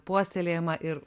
puoselėjama ir